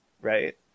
Right